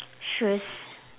shoes